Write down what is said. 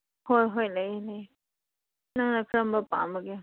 ꯍꯣꯏ ꯍꯣꯏ ꯂꯩ ꯂꯩ ꯅꯪꯅ ꯀꯔꯝꯕ ꯄꯥꯝꯕꯒꯦ